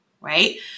right